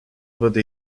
wurde